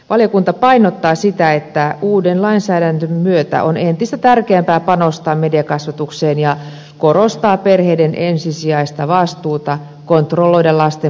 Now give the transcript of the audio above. valiokunta painottaa sitä että uuden lainsäädännön myötä on entistä tärkeämpää panostaa mediakasvatukseen ja korostaa perheiden ensisijaista vastuuta kontrolloida lasten mediankäyttöä